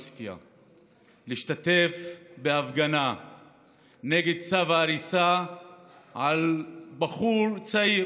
עוספיא להשתתף בהפגנה נגד צו הריסה של בחור צעיר